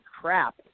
crap